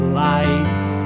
lights